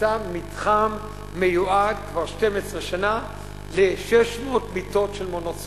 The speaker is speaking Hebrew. נמצא כבר 12 שנה מתחם מיועד ל-600 מיטות של מעונות סטודנטים.